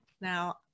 Now